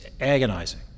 agonizing